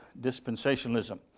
dispensationalism